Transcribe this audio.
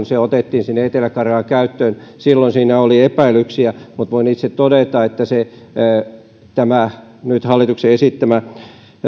se otettiin sinne etelä karjalaan käyttöön silloin siinä oli epäilyksiä mutta voin itse todeta että tämä nyt hallituksen esittämä